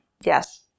Yes